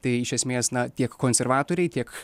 tai iš esmės na tiek konservatoriai tiek